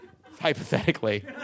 hypothetically